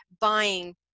buying